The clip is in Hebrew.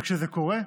כשזה קורה,